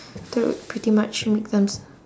that would pretty much make them s~